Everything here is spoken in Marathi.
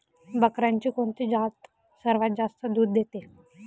बकऱ्यांची कोणती जात सर्वात जास्त दूध देते?